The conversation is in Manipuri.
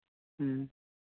ꯎꯝ